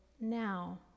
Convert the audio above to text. now